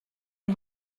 les